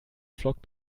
flockt